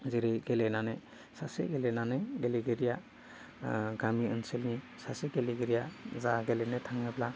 जेरै गेलेनानै सासे गेलेनानै गेलेगिरिया गामि ओनसोलनि सासे गेलेगिरिया जा गेलेनो थाङोब्ला